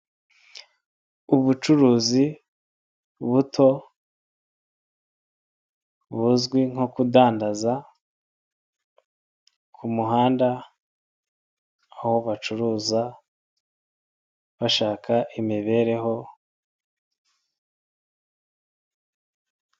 Ubucuruzi buto buzwi nko kudandaza ku muhanda aho bacuruza bashaka imibereho.